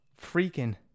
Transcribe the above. freaking